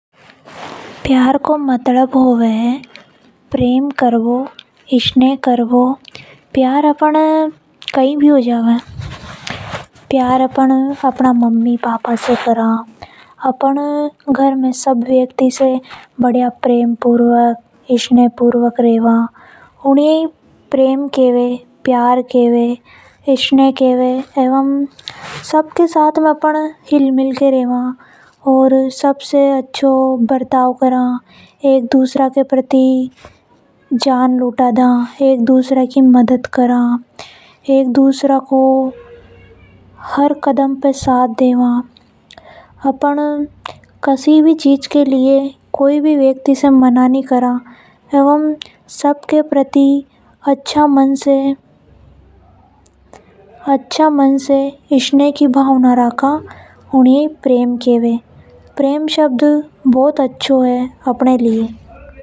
प्यार को मतलब होवे है प्रेम कर बो स्नेह कर बो। प्यार अपन ने कही पर नि हो जावे। मम्मी पापा से भाई बहन से ऐसे बहुत सा लोग होवे जिनसे अपन न प्यार हो जावे। अपन घर में सब से प्रेमपूर्वक रेवा स्नेहपूर्वक रेवा ऊनी ए प्रेम केव है। ओर सबसे हिल मिलकर रेवा सब से अच्छों बर्ताव करा उसे ही प्यार केवै है। एक दूसरा के प्रति जान लू दे देवा और उनसे ज्यादा ही प्रेम करा उनके लिए अपन कुछ भी कर देवा। ऊनी ये प्यार केव है।